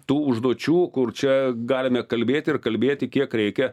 tų užduočių kur čia galime kalbėti ir kalbėti kiek reikia